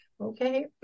okay